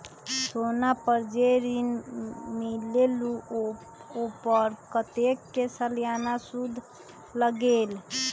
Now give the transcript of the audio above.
सोना पर जे ऋन मिलेलु ओपर कतेक के सालाना सुद लगेल?